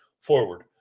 forward